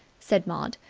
said maud,